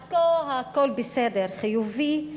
עד כה הכול בסדר, חיובי.